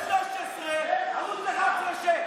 ערוץ 13,